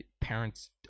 parents